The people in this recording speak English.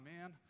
man